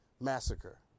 massacre